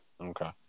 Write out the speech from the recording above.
Okay